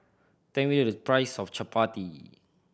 tell me the price of chappati